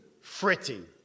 fretting